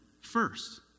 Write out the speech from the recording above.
first